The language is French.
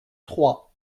trois